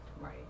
Right